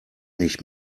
nicht